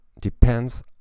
depends